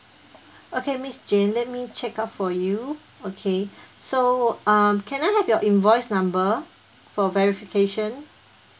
okay miss jane let me check out for you okay so um can I have your invoice number for verification